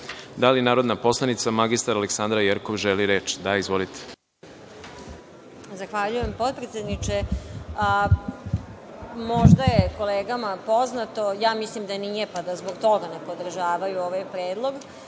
li narodna poslanica mr Aleksandra Jerkov želi reč? Da, izvolite.